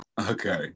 Okay